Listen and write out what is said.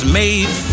made